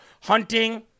hunting